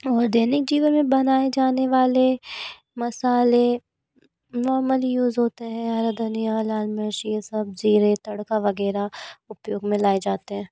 और दैनिक जीवन में बनाए जाने वाले मसाले नॉर्मल यूज़ होते हैं हरा धनिया लाल मिर्च यह सब जीरे तड़का वगैरह उपयोग में लाए जाते हैं